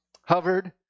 hovered